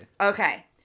Okay